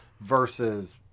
versus